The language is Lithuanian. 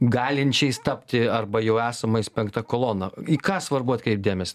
galinčiais tapti arba jau esamais penkta kolona į ką svarbu atkreipt dėmesį